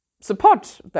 support